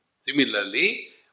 Similarly